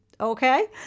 okay